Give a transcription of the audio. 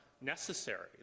necessary